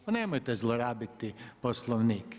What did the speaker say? Pa nemojte zlorabiti Poslovnik.